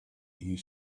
you